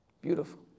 Beautiful